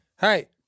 Hey